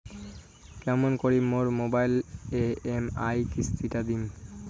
কেমন করি মোর মোবাইলের ই.এম.আই কিস্তি টা দিম?